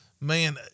man